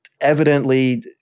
evidently